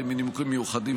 ובנימוקים מיוחדים,